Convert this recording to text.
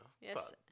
Yes